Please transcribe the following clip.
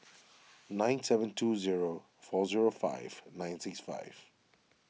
nine seven two zero four zero five nine six five